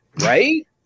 Right